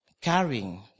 carrying